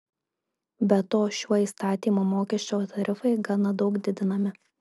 be to šiuo įstatymu mokesčio tarifai gana daug didinami